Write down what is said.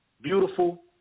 beautiful